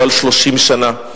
לא על 30 שנה,